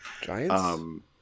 Giants